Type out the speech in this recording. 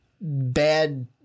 bad